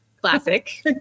Classic